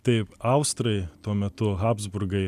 taip austrai tuo metu habsburgai